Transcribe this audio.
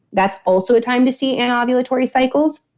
that's also a time to see anovulatory cycles.